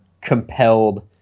compelled